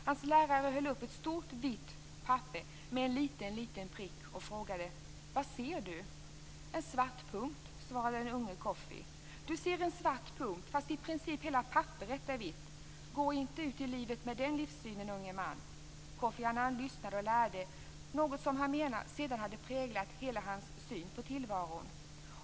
Hans lärare höll upp ett stort vitt papper med en liten, liten prick och frågade: Vad ser du? En svart punkt, svarade den unge Koffi. Du ser en svart punkt, fast i princip hela papperet är vitt. Gå inte ut i livet med den livssynen, unge man! sade läraren. Koffi Annan lyssnade och lärde något som han menade sedan har präglat hela hans syn på tillvaron.